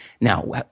Now